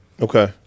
Okay